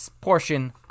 Portion